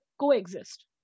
coexist